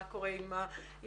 מה קורה עם האיגוד,